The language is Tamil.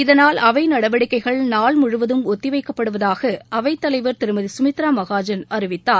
இதனால் அவை நடவடிக்கைகள்நாள் முழுவதும் ஒத்திவைக்கப்படுவதாக அவைத் தலைவர் திருமதி சுமித்ரா மகாஜன் அறிவித்தார்